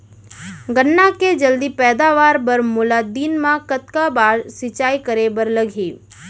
गन्ना के जलदी पैदावार बर, मोला दिन मा कतका बार सिंचाई करे बर लागही?